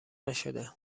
نشده